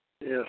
Yes